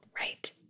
Right